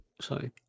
Sorry